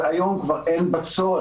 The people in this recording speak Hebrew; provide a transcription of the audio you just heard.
והיום כבר אין בה צורך,